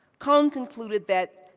cone concluded that,